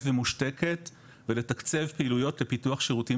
ומושתקת ולתקצב פעילויות לפיתוח שירותים